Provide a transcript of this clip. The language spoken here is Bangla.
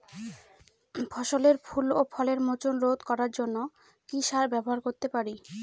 ফসলের ফুল ও ফলের মোচন রোধ করার জন্য কি সার ব্যবহার করতে পারি?